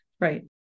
Right